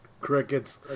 Crickets